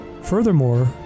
Furthermore